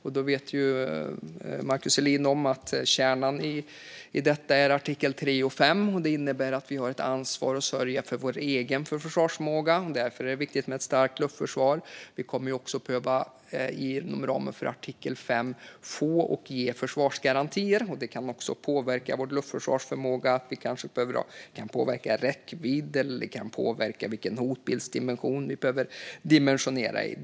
Markus Selin vet förstås om att kärnan i detta är artiklarna 3 och 5. Det innebär att vi har ett ansvar att sörja för vår egen försvarsförmåga. Därför är det viktigt med ett starkt luftförsvar. Inom ramen för artikel 5 kommer vi också att behöva få och ge försvarsgarantier. Även det kan påverka vår luftförsvarsförmåga. Det kan påverka räckvidd eller vilken hotbild vi måste dimensionera utifrån.